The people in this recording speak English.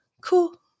Cool